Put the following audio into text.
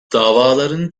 davaların